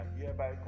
hereby